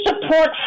support